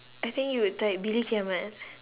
I think you would type bila kiamat